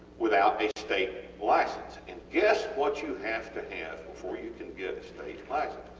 without a state license and guess what you have to have before you can get a state license?